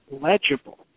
legible